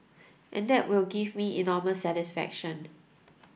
and that will give me enormous satisfaction